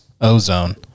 ozone